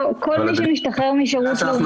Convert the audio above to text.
לא, כל מי שמשתחרר משירות לאומי גם זכאי.